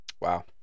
Wow